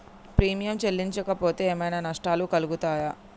Premium చెల్లించకపోతే ఏమైనా నష్టాలు కలుగుతయా?